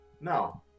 No